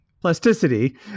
plasticity